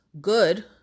good